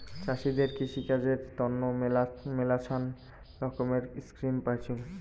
চাষীদের কৃষিকাজের তন্ন মেলাছান রকমের স্কিম পাইচুঙ